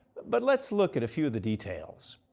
but lets look at a few of the details.